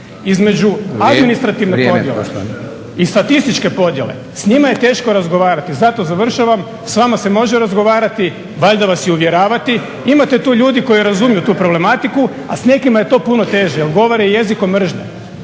… Administrativne podjele i statističke podjele s njima je teško razgovarati. Zato završavam s vama se može razgovarati, valjda vas i uvjeravati. Imate tu ljudi koji razumiju tu problematiku a s nekima je to puno teže jer govore jezikom mržnje